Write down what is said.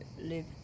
live